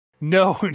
no